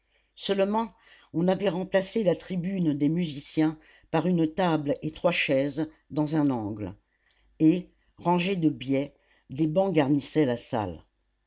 seulement on avait remplacé la tribune des musiciens par une table et trois chaises dans un angle et rangés de biais des bancs garnissaient la salle